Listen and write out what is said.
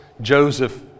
Joseph